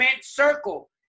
circle